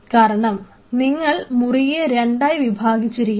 കാരണം നിങ്ങൾ മുറിയെ രണ്ടായി വിഭാഗിച്ചിരിക്കുന്നു